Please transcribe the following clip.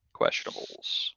questionables